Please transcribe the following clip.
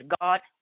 God